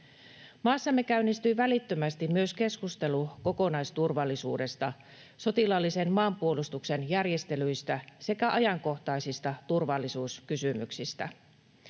Maassamme käynnistyi välittömästi myös keskustelu kokonaisturvallisuudesta, sotilaallisen maanpuolustuksen järjestelyistä sekä ajankohtaisista turvallisuuskysymyksistä.